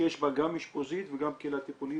שיש בה גם אשפוזית וגם קהילה טיפולית.